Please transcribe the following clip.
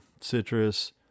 citrus